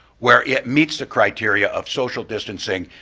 where it meets the criteria of social distancing,